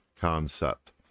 concept